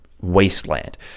Wasteland